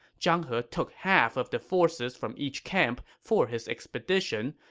zhang he took half of the forces from each camp for his expedition,